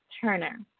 Turner